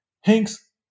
Hanks